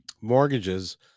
mortgages